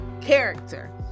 character